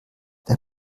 der